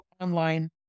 online